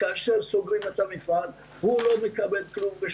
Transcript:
כאשר סוגרים את המפעל הוא לא מקבל כלום.